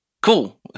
Cool